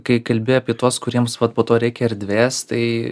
kai kalbi apie tuos kuriems vat po to reikia erdvės tai